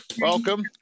Welcome